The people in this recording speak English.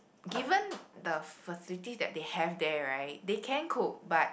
given the facilities that they have there right they can cook but